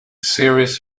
series